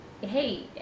hey